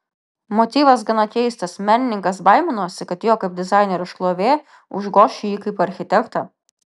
motyvas gana keistas menininkas baiminosi kad jo kaip dizainerio šlovė užgoš jį kaip architektą